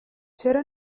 چرا